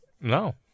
No